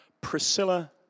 Priscilla